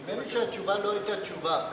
נדמה לי שהתשובה לא היתה תשובה.